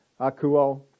Akuo